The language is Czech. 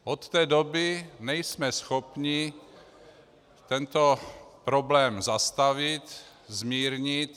Od té doby nejsme schopni tento problém zastavit, zmírnit.